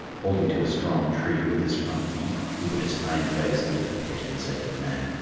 holding to a strong tree with his front feet, he put his hind legs into the pit and said to the man,